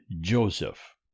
Joseph